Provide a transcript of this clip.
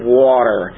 water